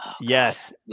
yes